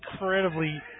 incredibly